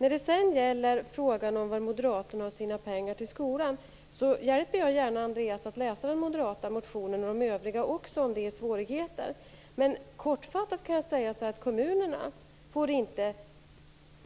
Vad så gäller frågan var moderaterna har sina pengar till skolan hjälper jag gärna Andreas Carlgren, och övriga, att läsa den moderata motionen om det innebär svårigheter. Men kortfattat kan jag säga att kommunerna inte